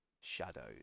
shadows